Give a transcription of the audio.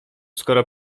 skoro